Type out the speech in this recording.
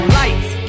lights